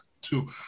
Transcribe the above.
Two